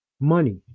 Money